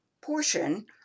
portion